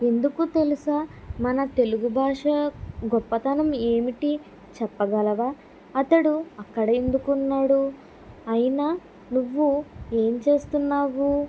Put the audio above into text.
ఎందుకు తెలుసా మన తెలుగు భాష గొప్పతనం ఏమిటి చెప్పగలవా అతడు అక్కడ ఎందుకు ఉన్నాడు అయినా నువ్వు ఏం చేస్తున్నావు